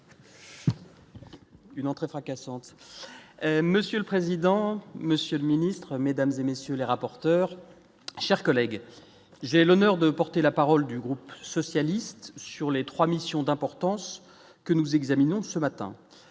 Une entrée fracassante, monsieur le président, monsieur le Ministre Mesdames et messieurs les rapporteurs, chers collègues, j'ai l'honneur de porter la parole du groupe socialiste, sur les 3 missions d'importance que nous examinions ce matin,